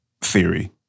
theory